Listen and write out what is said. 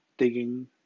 Digging